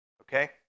Okay